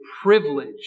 privilege